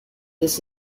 this